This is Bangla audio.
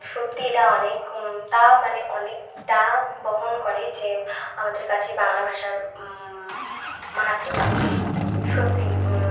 সত্যি এটা অনেক তা মানে অনেকটা বহন করে যে আমাদের কাছে বাংলা ভাষার মাহাত্যটা সত্যি